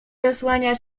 zasłania